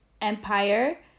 Empire